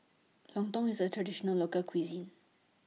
Lontong IS A Traditional Local Cuisine